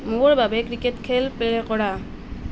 মোৰ বাবে ক্ৰিকেট খেল প্লে কৰা